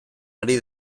ari